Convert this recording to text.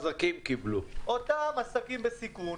אותם עסקים בסיכון